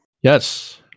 Yes